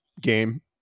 game